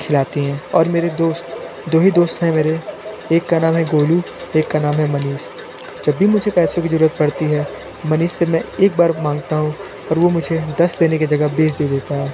खिलाती हैं और मेरे दोस्त दो ही दोस्त हैं मेरे एक का नाम हे गोलू एक का नाम हे मनीष जब भी मुझे पैसों की ज़रूरत पड़ती है मनीस से मैं एक बार मांगता हूँ और वो मुझे दस देने की जगह बीस दे देता है